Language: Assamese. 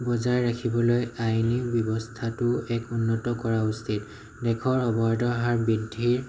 বজাই ৰাখিবলৈ আইনী ব্যৱস্থাটো এক উন্নত কৰা উচিত দেশৰ হাৰ বৃদ্ধিৰ